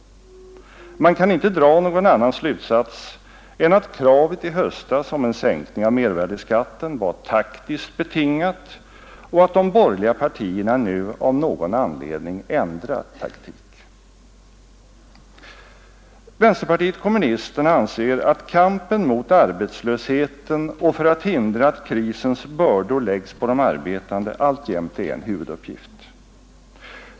Man kan inte dra någon annan slutsats än att kravet i höstas på en sänkning av mervärdeskatten var taktiskt betingat och att de borgerliga partierna nu av någon anledning ändrat taktik. Vänsterpartiet kommunisterna anser att kampen mot arbetslösheten och för att hindra att krisens bördor läggs på de arbetande alltjämt är en huvuduppgift.